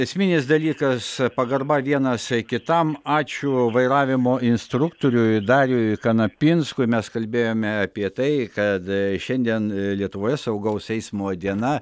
esminis dalykas pagarba vienas kitam ačiū vairavimo instruktoriui dariui kanapinskui mes kalbėjome apie tai kad šiandien lietuvoje saugaus eismo diena